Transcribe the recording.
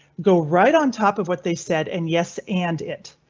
go right on top of what they said and yes, and it.